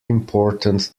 important